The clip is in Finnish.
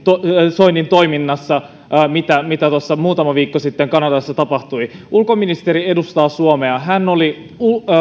soinin toiminnasta mitä mitä tuossa muutama viikko sitten kanadassa tapahtui ulkoministeri edustaa suomea hän oli